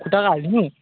खुट्टा नहालिदिनु